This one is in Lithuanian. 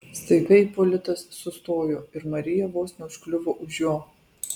staiga ipolitas sustojo ir marija vos neužkliuvo už jo